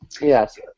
Yes